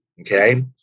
okay